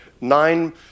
nine